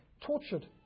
Tortured